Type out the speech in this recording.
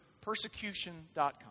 persecution.com